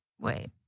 Wait